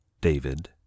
David